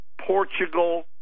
Portugal